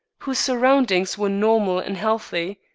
whose surroundings were normal and healthy.